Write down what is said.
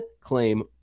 claim